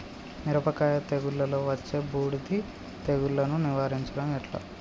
మిరపకాయ తెగుళ్లలో వచ్చే బూడిది తెగుళ్లను నివారించడం ఎట్లా?